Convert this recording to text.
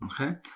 Okay